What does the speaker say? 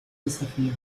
desafío